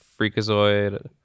Freakazoid